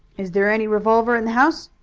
is there any revolver in the house?